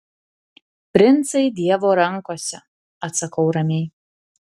princai dievo rankose atsakau ramiai